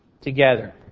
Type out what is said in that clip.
together